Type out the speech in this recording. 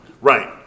Right